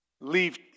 leave